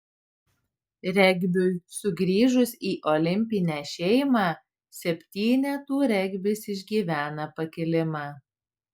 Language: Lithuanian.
regbiui sugrįžus į olimpinę šeimą septynetų regbis išgyvena pakilimą